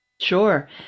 Sure